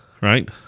right